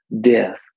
death